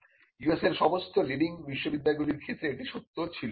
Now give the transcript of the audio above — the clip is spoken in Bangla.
USA এর সমস্ত লিডিং বিশ্ববিদ্যালয়গুলির ক্ষেত্রে এটি সত্য ছিল